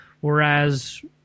whereas